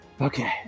Okay